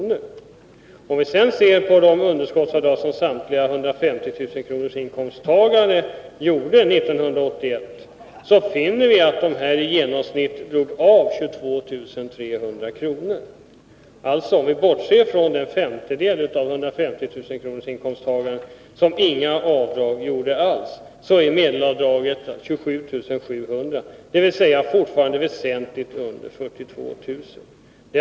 för att få en lika liten skattevinst, mätt i absoluta tal. De som tjänade 150 000 kr. hade 1981 i genomsnitt avdrag på 22 300 kr. Om vi bortser från den femtedel av dem som tjänade 150 000 kr. som inte gjorde några avdrag alls, är medelavdragen 27 700 kr., dvs. fortfarande väsentligt under 42 000 kr.